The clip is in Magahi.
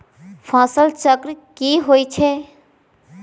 फसल चक्र की होई छै?